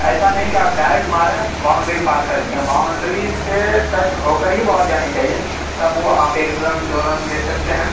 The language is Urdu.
ایسا نہیں كہ آپ ڈائریكٹ ماریں باؤنڈری پار كر دیے باؤنڈری سے ٹچ ہو كر ہی بال جانی چاہیے تب وہ آپ ایک رن دو رن لے سکتے ہیں